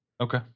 okay